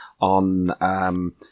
on